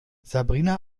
sabrina